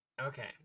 okay